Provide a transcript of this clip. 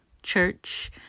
church